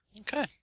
Okay